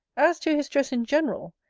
as to his dress in general,